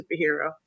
superhero